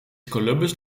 columbus